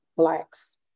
Blacks